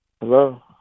Hello